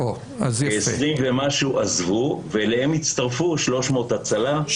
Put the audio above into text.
כ-20 ומשהו עזבו ואליהם הצטרפו 300 הצלה,